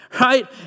Right